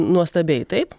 nuostabiai taip